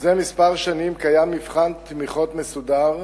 זה כמה שנים קיים מבחן תמיכות מסודר,